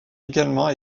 également